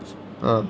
mm